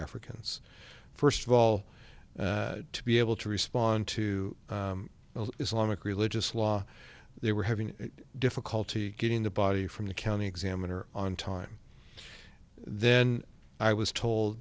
africans first of all to be able to respond to islamic religious law they were having difficulty getting the body from the county examiner on time then i was told